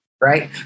right